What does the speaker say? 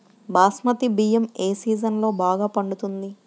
బాస్మతి బియ్యం ఏ సీజన్లో బాగా పండుతుంది?